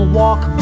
walk